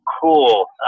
cool